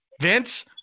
Vince